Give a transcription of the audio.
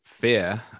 fear